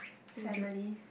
family